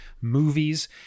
movies